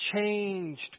changed